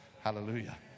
Hallelujah